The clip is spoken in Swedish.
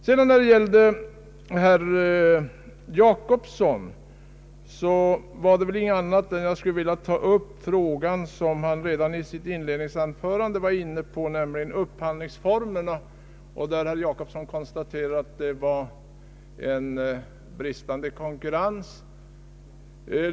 Herr Jacobsson berörde redan i sitt inledningsanförande frågan om upphandlingsformerna, och han konstaterade att det var bristande konkurrens.